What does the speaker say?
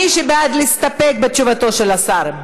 מי שבעד להסתפק בתשובתו של השר,